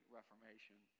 Reformation